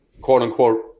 quote-unquote